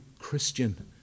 Christian